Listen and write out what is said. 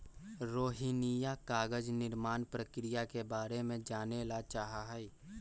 रोहिणीया कागज निर्माण प्रक्रिया के बारे में जाने ला चाहा हई